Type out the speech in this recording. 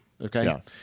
Okay